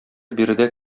биредә